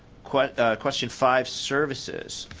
question question five, services.